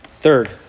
Third